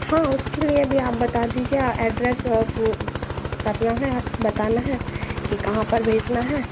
हाँ उसके लिए भी आप बता दीजिए आ एड्रेस आपको वो करना है आपको बताना है कि कहाँ पर भेजना है